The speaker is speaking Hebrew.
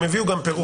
הם הביאו גם פירוט.